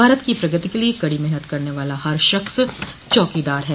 भारत की प्रगति के लिए कड़ी मेहनत करने वाला हर शख्स चौकीदार है